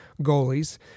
goalies